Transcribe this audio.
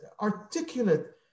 articulate